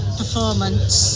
performance